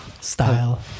style